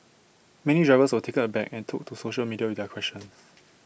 many drivers were taken aback and took to social media with their questions